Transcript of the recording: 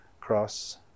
cross